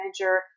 manager